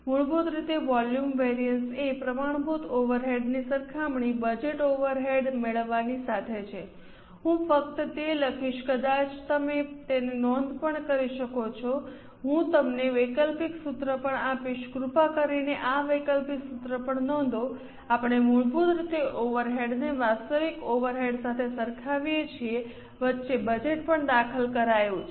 મૂળભૂત રીતે volume variance એ પ્રમાણભૂત ઓવરહેડની સરખામણી બજેટ ઓવરહેડ મેળવવાની સાથે છે હું ફક્ત તે લખીશ કદાચ તમે તેને નોંધ પણ કરી શકો છો હું તમને વૈકલ્પિક સૂત્ર પણ આપીશ કૃપા કરીને આ વૈકલ્પિક સૂત્ર પણ નોંધો આપણે મૂળભૂત રીતે ઓવરહેડને વાસ્તવિક ઓવરહેડ સાથે સરખાવીએ છીએ વચ્ચે બજેટ પણ દાખલ કરાયું છે